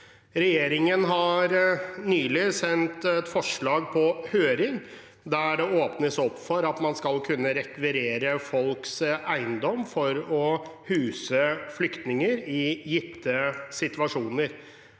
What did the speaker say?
Regjeringen har nylig sendt på høring et forslag der det åpnes for at man skal kunne rekvirere folks eiendom for å huse flyktninger i gitte situasjoner,